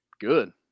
Good